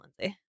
Lindsay